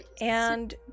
And-